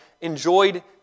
enjoyed